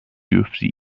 dürfte